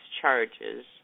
charges